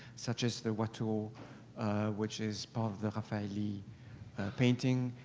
such as the watteau, which is part of the raffaelli painting,